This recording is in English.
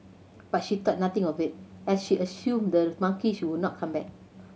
but she thought nothing of it as she assumed the monkey would not come back